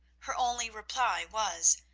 her only reply was,